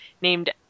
named